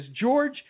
George